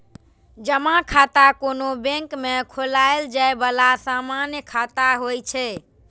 जमा खाता कोनो बैंक मे खोलाएल जाए बला सामान्य खाता होइ छै